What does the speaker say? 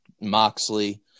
Moxley